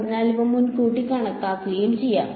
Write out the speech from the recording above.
അതിനാൽ ഇവ മുൻകൂട്ടി കണക്കാക്കാം